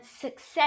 success